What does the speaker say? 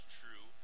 true